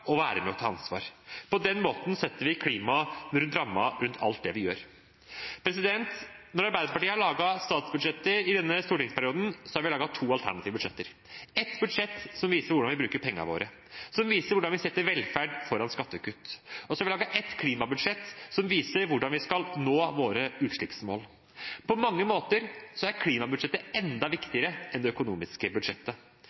og være med og ta ansvar. På den måten setter vi klimaet som ramme rundt alt det vi gjør. Når Arbeiderpartiet har laget statsbudsjetter i denne stortingsperioden, har vi laget to alternative budsjetter. Vi har laget et budsjett som viser hvordan vi bruker pengene våre, som viser hvordan vi setter velferd foran skattekutt, og så har vi laget et klimabudsjett, som viser hvordan vi skal nå våre utslippsmål. På mange måter er klimabudsjettet enda